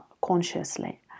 consciously